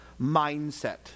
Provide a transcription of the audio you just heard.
mindset